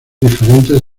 diferentes